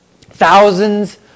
Thousands